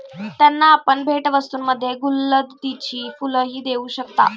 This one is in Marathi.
त्यांना आपण भेटवस्तूंमध्ये गुलौदीची फुलंही देऊ शकता